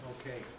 Okay